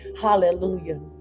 Hallelujah